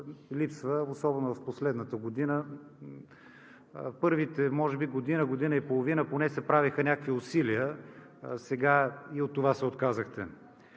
липсва особено в последната година. Първите, може би година-година и половина поне се правеха някакви усилия, а сега и от това се отказахте.